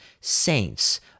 saints